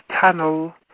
tunnel